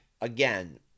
again